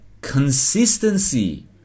consistency